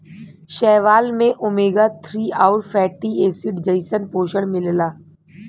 शैवाल में omega three आउर फैटी एसिड जइसन पोषण मिलला